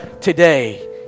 today